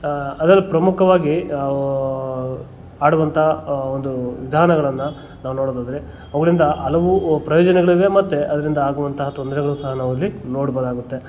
ಅದ್ರಲ್ಲಿ ಪ್ರಮುಖವಾಗಿ ಆಡುವಂಥ ಒಂದು ವಿಧಾನಗಳನ್ನು ನಾವು ನೋಡೊದಾದ್ರೆ ಅವುಗಳಿಂದ ಹಲವು ಪ್ರಯೋಜನಗಳಿವೆ ಮತ್ತು ಅದರಿಂದ ಆಗುವಂತಹ ತೊಂದರೆಗಳು ಸಹ ನಾವಿಲ್ಲಿ ನೋಡ್ಬೋದಾಗುತ್ತೆ